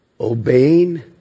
Obeying